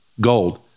gold